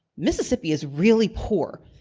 mississippi is really poor.